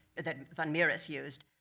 that van mieris used.